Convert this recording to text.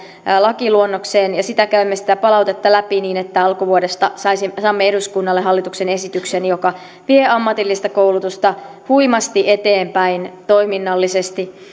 lakiluonnokseen ja käymme sitä palautetta läpi niin että alkuvuodesta saamme eduskunnalle hallituksen esityksen joka vie ammatillista koulutusta huimasti eteenpäin toiminnallisesti